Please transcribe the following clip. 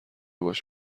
باش